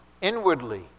inwardly